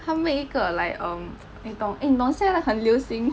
他 make 一个 like um 你懂 eh 你懂现在很流行